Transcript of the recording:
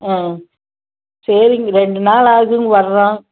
ம் சரிங்க ரெண்டு நாள் ஆகுட்டுங்க வர்றோம்